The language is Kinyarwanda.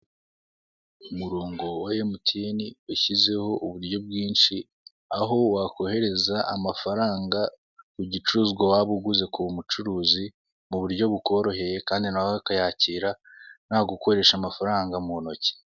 Umurongo wa emutiyene washyizeho uburyo bwinshi, aho wakohereza amafaranga ku gicuruzwa waba uguze k'umucuruzi mu buryo bukoroheye kandi nawe akayakira nta gukoresha amafaranga mu ntoki.